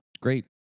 Great